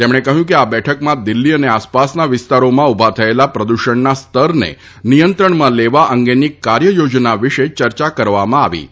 તેમણે કહ્યું કે આ બેઠકમાં દિલ્ફી અને આસપાસના વિસ્તારોમાં ઉભા થયેલા પ્રદૂષણના સ્તરને નિયંત્રણમાં લેવા અંગેની કાર્યયોજના વિશે ચર્ચા કરવામાં આવી હતી